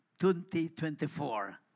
2024